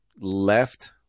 left